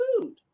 food